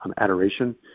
adoration